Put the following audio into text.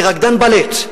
כרקדן בלט,